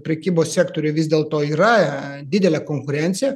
prekybos sektoriuj vis dėlto yra didelė konkurencija